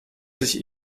sich